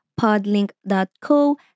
podlink.co